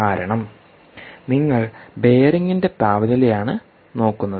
കാരണം നിങ്ങൾ ബെയറിംഗിന്റെ താപനിലയാണ് നോക്കുന്നത്